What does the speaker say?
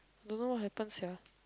don't know what happen sia